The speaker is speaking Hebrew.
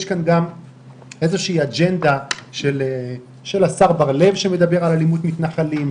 יש כאן גם איזושהי אג'נדה של השר בר לב שמדבר על אלימות מתנחלים,